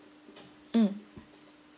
mm